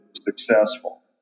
successful